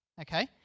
Okay